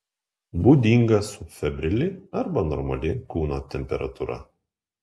būdinga subfebrili arba normali kūno temperatūra